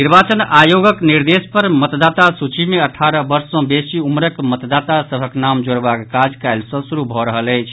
निर्वाचन आयोगक निर्देश पर मतदाता सूची अठारह वर्ष सॅ बेसी उम्रक मतदाता सभक नाम जोड़बाक काज काल्हि सॅ शुरू भऽ रहल अछि